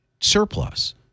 surplus